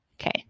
Okay